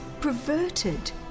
perverted